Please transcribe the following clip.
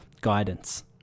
guidance